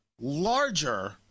larger